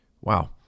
Wow